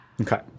Okay